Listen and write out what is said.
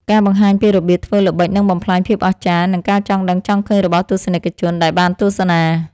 ការបង្ហាញពីរបៀបធ្វើល្បិចនឹងបំផ្លាញភាពអស្ចារ្យ និង ការចង់ដឹងចង់ឃើញរបស់ទស្សនិកជនដែលបានទស្សនា។